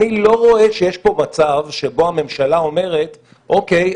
אני לא רואה שיש פה מצב שבו הממשלה אומרת: אוקיי,